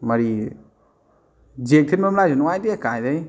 ꯃꯔꯤ ꯖꯦꯛ ꯊꯤꯟꯐꯝ ꯂꯥꯏꯟꯁꯨ ꯅꯨꯡꯉꯥꯏꯇꯦ ꯀꯥꯏꯗꯩ